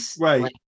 right